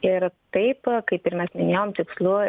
ir taip kaip ir mes minėjom tikslu